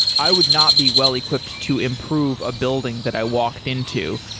i would not be well equipped to improve a building that i walked into.